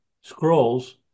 scrolls